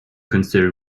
consider